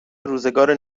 روزگار